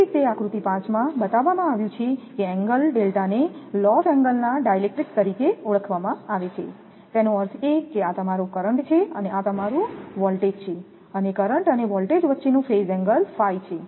તેથી જ તે આકૃતિ 5માં બતાવવામાં આવ્યું છે કે એંગલ ને લોસ એંગલના ડાઇલેક્ટ્રિક તરીકે ઓળખવામાં આવે છે તેનો અર્થ એ કે આ તમારો કરંટ છે અને આ તમારું વોલ્ટેજ છે અને કરંટ અને વોલ્ટેજ વચ્ચેનો ફેઈસ એંગલ છે